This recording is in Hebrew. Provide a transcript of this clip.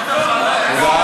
ראשונה